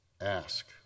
ask